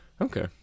Okay